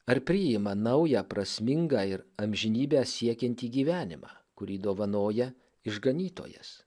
ar priima naują prasmingą ir amžinybę siekiantį gyvenimą kurį dovanoja išganytojas